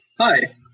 Hi